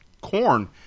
corn